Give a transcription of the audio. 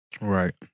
Right